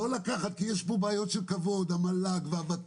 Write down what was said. ולא לא לקחת כי יש פה בעיות של כבוד של המל"ג והות"ת,